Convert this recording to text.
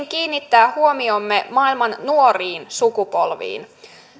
kiinnittää huomiomme maailman nuoriin sukupolviin